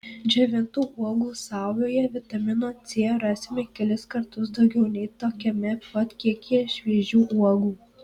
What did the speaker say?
džiovintų uogų saujoje vitamino c rasime kelis kartus daugiau nei tokiame pat kiekyje šviežių uogų